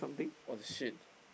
!what-the-shit!